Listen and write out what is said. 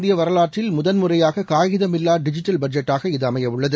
இந்திய வரலாற்றில் முதல்முறையாக காகிதமில்லா டிஜிட்டல் பட்ஜெட்டாக சுதந்திர இது அமையவுள்ளது